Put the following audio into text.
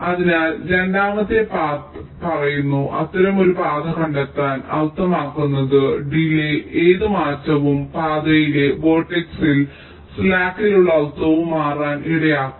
അതിനാൽ രണ്ടാമത്തെ വഴി പറയുന്നു അത്തരമൊരു പാത കണ്ടെത്താൻ അർത്ഥമാക്കുന്നത് ഡിലേയ് ഏത് മാറ്റവും പാതയിലെ വെർട്ടക്സിൽ സ്ലാക്കിലുള്ള അർത്ഥം മാറാൻ ഇടയാക്കും